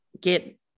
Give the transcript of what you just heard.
get